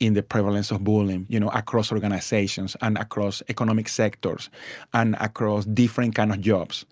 in the prevalence of bullying you know across organisations and across economic sectors and across differing kind of jobs.